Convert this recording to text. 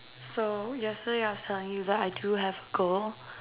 so yesterday I was telling you that I do have a goal